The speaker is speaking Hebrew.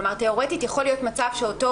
כלומר תיאורטית יכול להיות מצב שאותו